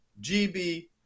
GB